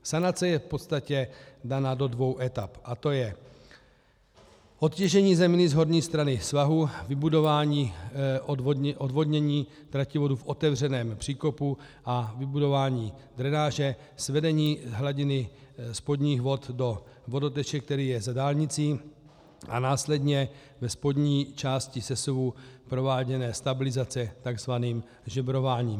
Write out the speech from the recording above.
Sanace je v podstatě daná do dvou etap, a to je odtěžení zeminy z horní strany svahu, vybudování odvodnění trativodu v otevřeném příkopu a vybudování drenáže, svedení hladiny spodních vod do vodoteče, který je za dálnicí, a následně ve spodní části sesuvu prováděné stabilizace tzv. žebrováním.